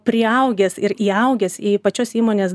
priaugęs ir įaugęs į pačios įmonės